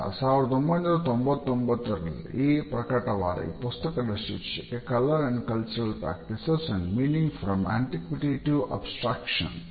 1999 ರಲ್ಲಿ ಪ್ರಕಟವಾದ ಈ ಪುಸ್ತಕದ ಶೀರ್ಷಿಕೆ 'colour and culture practice and meaning from antiquity to abstraction'